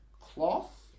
cloth